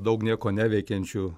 daug nieko neveikiančių